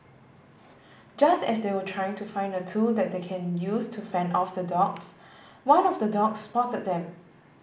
just as they were trying to find a tool that they can use to fend off the dogs one of the dogs spotted them